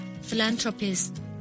philanthropist